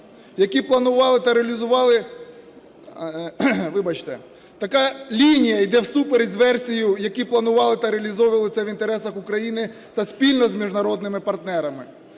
які планували та реалізували… Вибачте. Така лінія йде всупереч з версією, які планували та реалізовували це в інтересах України та спільно з міжнародними партнерами.